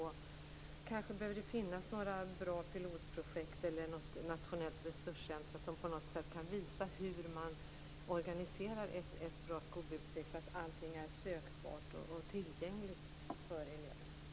Det kanske behöver finnas några bra pilotprojekt eller något nationellt resurscentrum som på något sätt kan visa hur man organiserar ett bra skolbibliotek så att allting är sökbart och tillgängligt för eleverna.